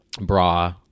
bra